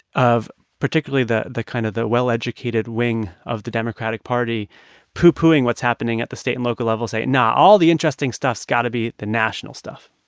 of particularly the the kind of the well-educated wing of the democratic party pooh-poohing what's happening at the state and local levels nah, all the interesting stuff's got to be the national stuff